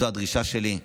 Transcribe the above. זו הדרישה שלי.